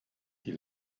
die